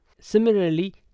similarly